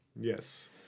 Yes